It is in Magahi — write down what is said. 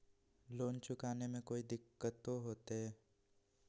लोन चुकाने में कोई दिक्कतों होते?